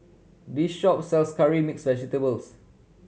this shop sells curry mixed vegetables